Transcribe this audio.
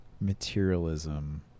Materialism